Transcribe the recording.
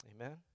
Amen